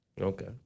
Okay